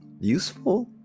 useful